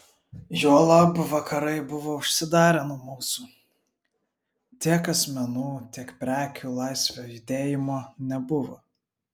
juolab vakarai buvo užsidarę nuo mūsų tiek asmenų tiek prekių laisvo judėjimo nebuvo